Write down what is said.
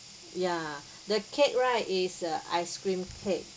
ya the cake right is a ice cream cake